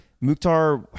Mukhtar